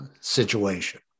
situation